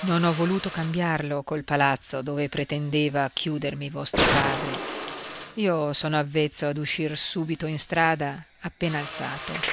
non ho voluto cambiarlo col palazzo dove pretendeva chiudermi vostro padre io sono avvezzo ad uscir subito in istrada appena alzato